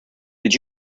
did